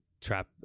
trap